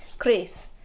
Chris